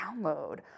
download